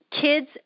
kids